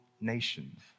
nations